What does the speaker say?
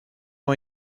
ont